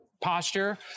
posture